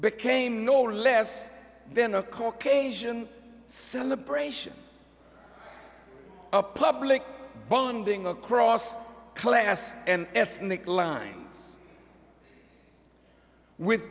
became no less then a caucasian celebration a public bonding across class and ethnic lines with